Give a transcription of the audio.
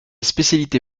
spécialité